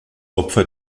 opfer